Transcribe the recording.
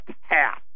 half